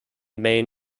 main